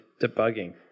debugging